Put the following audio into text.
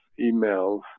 emails